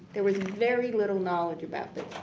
there was very little knowledge about this.